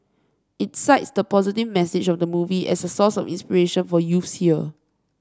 it cites the positive message of the movie as a source of inspiration for youths here